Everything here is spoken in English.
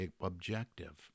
objective